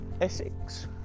essex